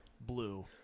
blue